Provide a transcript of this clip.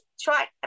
try